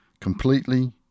Completely